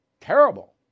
terrible